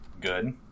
good